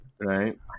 right